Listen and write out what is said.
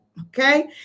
okay